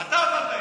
אתה אמרת את זה.